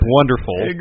wonderful